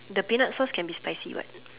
the peanut sauce can be spicy what